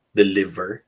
deliver